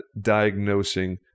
diagnosing